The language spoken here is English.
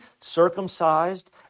circumcised